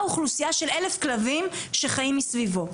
אוכלוסייה של 1,000 כלבים שחיים מסביבו?